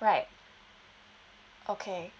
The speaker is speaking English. right okay